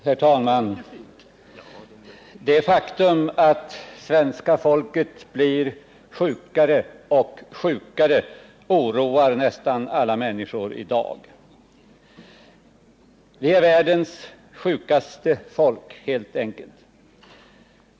Herr talman! Det faktum att svenska folket blir sjukare och sjukare oroar nästan alla människor i dag. Vi är världens sjukaste folk, helt enkelt.